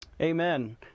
Amen